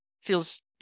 feels